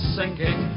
sinking